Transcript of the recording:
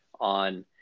on